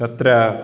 तत्र